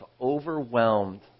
Overwhelmed